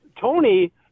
Tony